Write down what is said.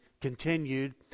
continued